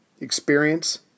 experience